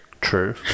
true